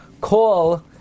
call